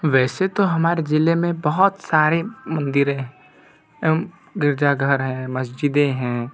वैसे तो हमारे जिले में बहुत सारे मंदिर हैं एवं गिरजाघर हैं मस्जिदें हैं